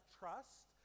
trust